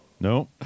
No